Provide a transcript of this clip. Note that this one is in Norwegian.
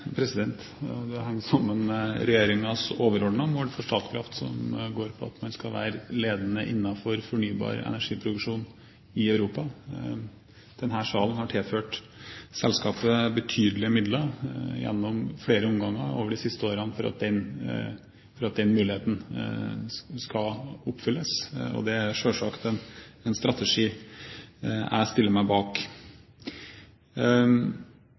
mål for Statkraft som går på at man skal være ledende innenfor fornybar energiproduksjon i Europa. Denne salen har tilført selskapet betydelige midler gjennom flere omganger over de siste årene for at den muligheten skal oppfylles. Det er selvsagt en strategi jeg stiller meg bak.